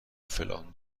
فلان